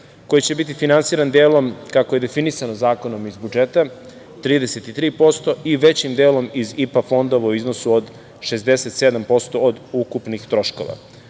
koji će biti finansiran delom, kako je definisano zakonom, iz budžeta, 33%, i većim delom iz IPA fondova, u iznosu od 67% od ukupnih troškova. Opis